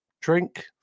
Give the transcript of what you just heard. drink